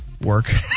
Work